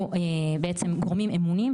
גורמים אימוניים,